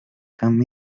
come